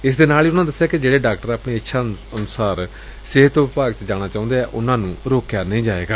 ਇਸ ਦੇ ਨਾਲ ਉਨੂਾਂ ਦੱਸਿਆ ਕਿ ਜਿਹੜੇ ਡਾਕਟਰ ਆਪਣੀ ਇੱਛਾ ਅਨੁਸਾਰ ਸਿਹਤ ਵਿਭਾਗ ਵਿੱਚ ਜਾਣਾ ਚਾਹੁੰਦੇ ਹਨ ਉਨੂਾਂ ਨੂੰ ਰੋਕਿਆ ਨਹੀਂ ਜਾਵੇਗਾ